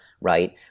right